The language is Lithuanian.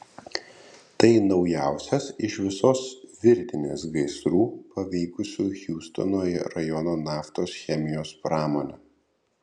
tai naujausias iš visos virtinės gaisrų paveikusių hjustono rajono naftos chemijos pramonę